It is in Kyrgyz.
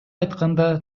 айтканда